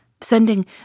sending